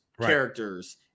characters